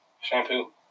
shampoo